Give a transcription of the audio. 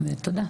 תודה.